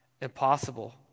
impossible